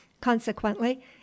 consequently